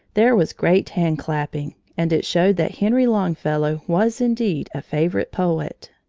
there was great handclapping, and it showed that henry longfellow was indeed a favorite poet.